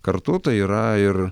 kartu tai yra ir